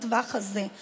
לטווח הזה.